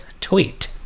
tweet